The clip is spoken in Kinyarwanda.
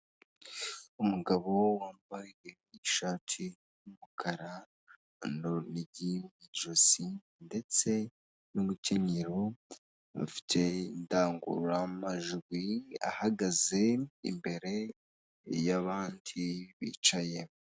Umugabo wambaye ishati y'umukara nurunigi mu ijosi, ndetse n'umukenyero, afite indangurura majwi ahagaze imbere yabandi bicaye.